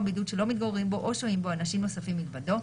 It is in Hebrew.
בידוד שלא מתגוררים בו או שוהים בו אנשים נוספים מלבדו,